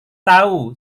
tahu